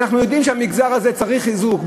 ואנחנו יודעים שהמגזר הזה צריך חיזוק,